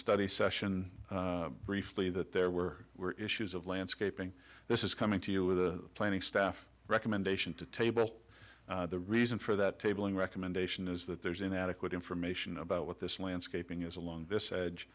study session briefly that there were issues of landscaping this is coming to you with the planning staff recommendation to table the reason for that tabling recommendation is that there's inadequate information about what this landscaping is along this